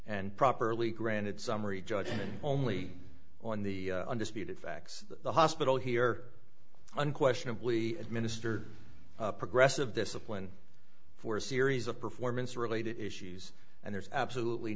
and properly granted summary judgment only on the undisputed facts the hospital here unquestionably administer progressive discipline for a series of performance related issues and there's absolutely